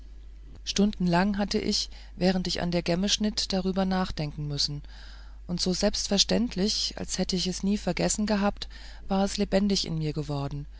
stundenlang hatte ich während ich an der gemme schnitt darüber nachdenken müssen und so selbstverständlich als hätte ich es nie vergessen gehabt war es lebendig in mir geworden